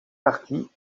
parties